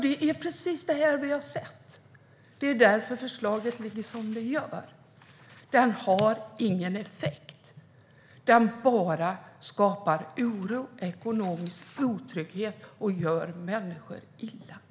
Det är precis det vi har sett, och därför ser förslaget ut som det gör. Den bortre parentesen har ingen effekt. Den skapar bara oro, ger ekonomisk otrygghet och gör människor illa.